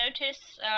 notice